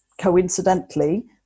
coincidentally